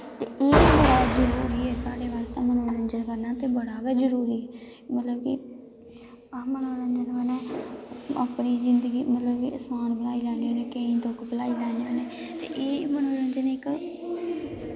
ते एह् बड़ा जरूरी ऐ मनोरंजन साढ़े बास्तै मनोरंजन करना ते बड़ा गै जरूरी ऐ मतलब कि अस मनोरंजन कन्नै अपनी जिन्दगी मतलब कि असान बनाई लैन्ने होन्ने केईं दुख भुलाई लैन्ने होन्ने ते एह् मनोरंजन इक